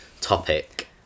topic